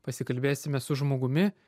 pasikalbėsime su žmogumi